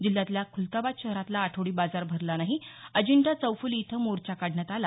जिल्ह्यातल्या खुलताबाद शहरातला आठवडी बाजार भरला नाही अजिंठा चौफ़ली इथं मोर्चा काढण्यात आला